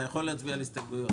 אתה יכול להצביע על ההסתייגויות.